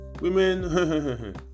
women